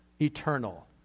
eternal